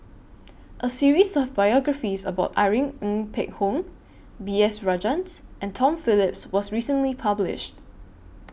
A series of biographies about Irene Ng Phek Hoong B S Rajhans and Tom Phillips was recently published